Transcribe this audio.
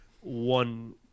one